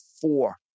four